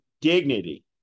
dignity